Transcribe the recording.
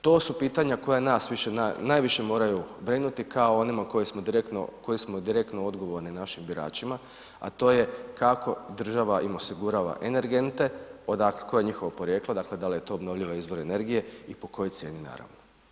To su pitanja koja nas najviše moraju brinuti kao o onima kojim smo direktno odgovorni našim biračima a to je kako država im osigurava energente, koje je njihovo porijeklo, dakle da li je to obnovljivi izvor energije i po kojoj cijeni, naravno.